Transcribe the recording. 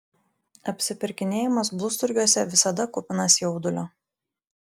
apsipirkinėjimas blusturgiuose visada kupinas jaudulio